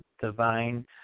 divine